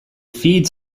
feeds